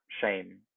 shame